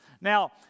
Now